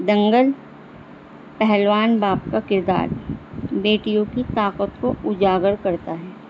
دنگل پہلوان باپ کا کردار بیٹیوں کی طاقت کو اجاگر کرتا ہے